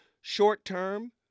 short-term